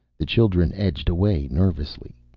the children edged away nervously.